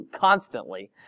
constantly